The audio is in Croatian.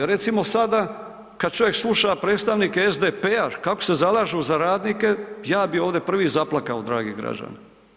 Recimo sada kad čovjek sluša predstavnike SDP-a kako se zalažu za radnike, ja bi ovdje prvi zaplakao dragi građani.